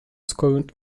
scored